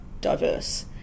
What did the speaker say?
diverse